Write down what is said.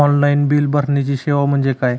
Online bill भरण्याची सेवा म्हणजे काय?